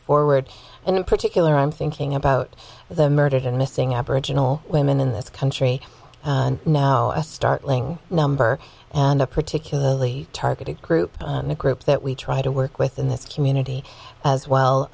forward and in particular i'm thinking about the murdered and missing aboriginal women in this country now a startling number and a particularly targeted group and a group that we try to work with in this community as well